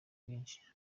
bwinshi